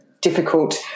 difficult